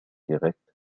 direct